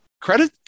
credit